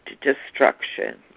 destruction